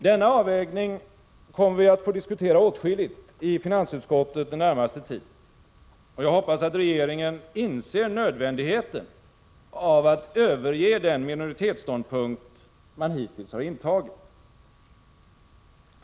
Denna avvägning kommer vi att få diskutera åtskilligt i finansutskottet den närmaste tiden, och jag hoppas att regeringen inser nödvändigheten av att överge den minoritetsståndpunkt man hittills har intagit.